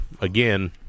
Again